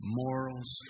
morals